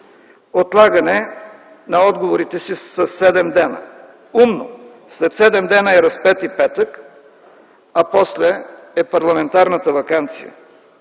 отлагане на отговорите си със 7 дни. Умно! След 7 дни е Разпети петък, а после е парламентарната ваканция.